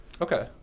Okay